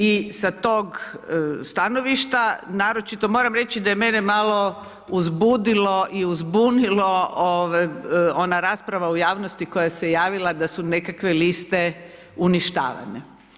I sa tog stanovišta, naročito, moram reći da je mene malo, uzbudilo i uzbunilo ona rasprava u javnosti koja se je javila da su nekakve liste uništavane.